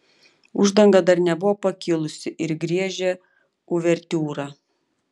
uždanga dar nebuvo pakilusi ir griežė uvertiūrą